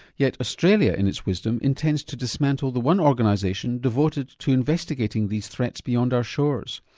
yet australia in its wisdom intends to dismantle the one organisation devoted to investigating these threats beyond our shores.